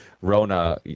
Rona